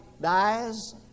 dies